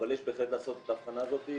אבל יש בהחלט לעשות את ההבחנה הזו,